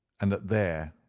and that there,